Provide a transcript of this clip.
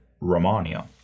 romania